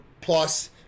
plus